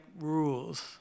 rules